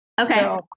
Okay